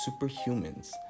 superhumans